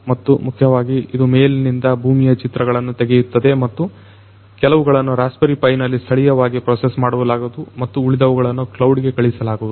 ಮತ್ತು ಮುಖ್ಯವಾಗಿ ಇದು ಮೇಲಿನಿಂದ ಭೂಮಿಯ ಚಿತ್ರಗಳನ್ನು ತೆಗೆಯುತ್ತದೆ ಮತ್ತು ಕೆಲವುಗಳನ್ನು ರಸ್ಪಿಬೆರಿ ಪೈ ನಲ್ಲಿ ಸ್ಥಳೀಯವಾಗಿ ಪ್ರೋಸೆಸ್ ಮಾಡಲಾಗುವುದು ಮತ್ತು ಉಳಿದವುಗಳನ್ನು ಕ್ಲೌಡ್ ಗೆ ಕಳುಹಿಸಲಾಗುವುದು